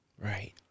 Right